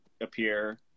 appear